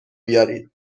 بیارین